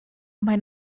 mae